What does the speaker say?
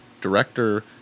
director